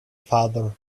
father